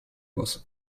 was